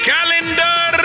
Calendar